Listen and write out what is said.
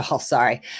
Sorry